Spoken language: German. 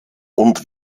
und